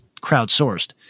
crowdsourced